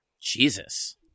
Jesus